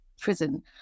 prison